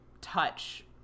touch